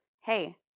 hey